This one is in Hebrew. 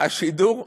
השידור הציבורי?